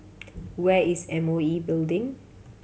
where is M O E Building